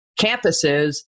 campuses